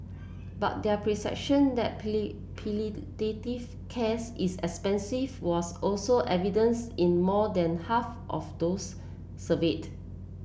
but their perception that palliative cares is expensive was also evidence in more than half of those surveyed